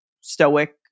stoic